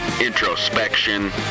introspection